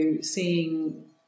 seeing